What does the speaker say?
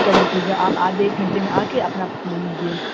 چلیے ٹھیک ہے آپ آدھے ایک گھنٹے میں آ کے اپنا لے لیجیے